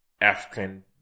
African